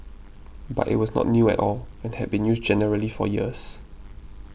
but it was not new at all and had been used generally for years